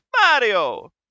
Mario